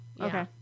okay